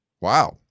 Wow